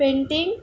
painting